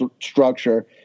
structure